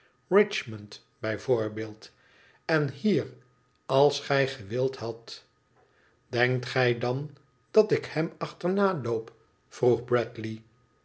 richmond bij voorbeeld en hier als gij gewüd hadt denkt gij dan dat ik hem achternaloop vroeg bradley